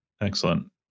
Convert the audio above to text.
Excellent